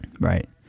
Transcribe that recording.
right